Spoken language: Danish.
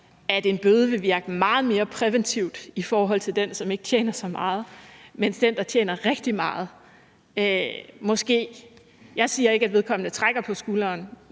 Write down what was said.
at en bøde vil virke meget mere præventivt i forhold til den, som ikke tjener så meget, mens den, som tjener rigtig meget, måske ikke ligefrem trækker på skulderen